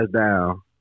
down